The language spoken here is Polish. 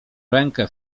rękę